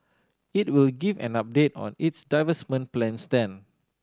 it will give an update on its divestment plans then